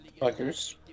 Fuckers